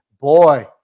boy